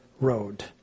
road